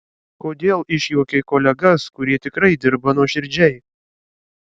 kodėl išjuokei kolegas kurie tikrai dirba nuoširdžiai